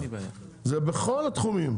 זה בכל התחומים.